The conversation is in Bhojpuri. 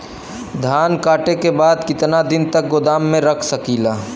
धान कांटेके बाद कितना दिन तक गोदाम में रख सकीला?